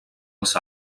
els